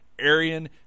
Arian